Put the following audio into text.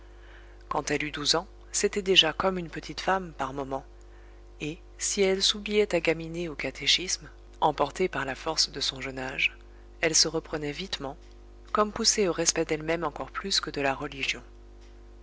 quand elle eut douze ans c'était déjà comme une petite femme par moments et si elle s'oubliait à gaminer au catéchisme emportée par la force de son jeune âge elle se reprenait vitement comme poussée au respect d'elle-même encore plus que de la religion